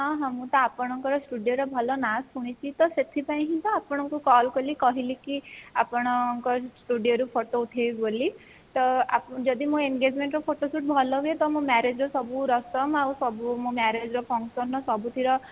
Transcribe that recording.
ହଁ ହଁ ମୁଁ ତ ଆପଣଙ୍କର ସ୍ଟୁଡ଼ିଓ ର ଭଲ ନାଁ ଶୁଣିଛି ତ ସେଥିପାଇଁ ହିଁ ତ ଆପଣ ଙ୍କୁ କଲ କଲି କହିଲିକି ଆପଣଙ୍କ ସ୍ଟୁଡ଼ିଓ ରୁ ଫଟୋ ଉଠାଇବି ବୋଲି ତ ଯଦି ମୋ ଏନଗେଜମେଣ୍ଟର ଫଟୋସୁଟ ଭଲ ହୁଏ ତ ମୋ ମ୍ୟାରେଜ ର ସବୁ ରସମ ଆଉ ମୋ ମ୍ୟାରେଜର ସବୁ ଫଂସନର ସବୁଥିର